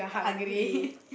hungry